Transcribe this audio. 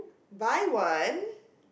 buy one